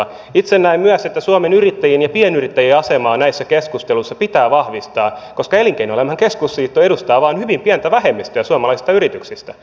itse näen myös että suomen yrittäjien ja pienyrittäjien asemaa näissä keskusteluissa pitää vahvistaa koska elinkeinoelämän keskusliitto edustaa vain hyvin pientä vähemmistöä suomalaisista yrityksistä